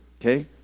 okay